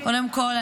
קודם כול,